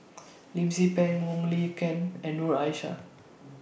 Lim Tze Peng Wong Lin Ken and Noor Aishah